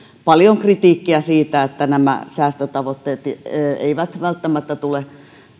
paljon kritiikkiä muun muassa esimerkiksi siitä että nämä säästötavoitteet eivät välttämättä tule